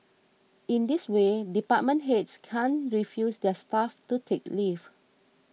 in this way department heads can't refuse their staff to take leave